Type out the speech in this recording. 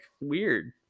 weird